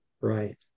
right